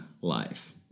life